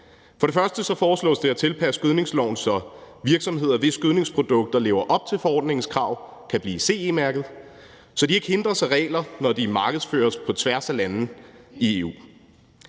Som det første foreslås det at tilpasse gødningsloven, så virksomheder, hvis gødningsprodukter lever op til forordningens krav, kan blive CE-mærket, så de ikke hindres af regler, når de markedsføres på tværs af lande i EU.